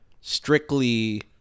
strictly